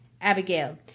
Abigail